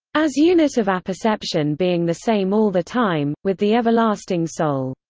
as unit of apperception being the same all the time, with the everlasting soul.